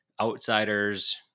outsiders